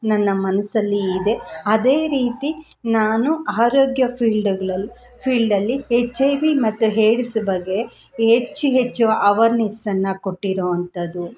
ನನ್ನ ಮನಸ್ಸಲ್ಲಿ ಇದೆ ಅದೇ ರೀತಿ ನಾನು ಆರೋಗ್ಯ ಫೀಲ್ಡ್ಗಳಲ್ಲಿ ಫೀಲ್ಡಲ್ಲಿ ಹೆಚ್ ಐ ವಿ ಮತ್ತು ಹೆಡ್ಸ್ ಬಗ್ಗೆ ಹೆಚ್ಚು ಹೆಚ್ಚು ಅವಾರ್ನೆಸನ್ನ ಕೊಟ್ಟಿರೋವಂಥದ್ದು